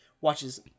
watches